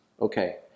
Okay